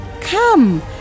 Come